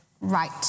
right